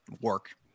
work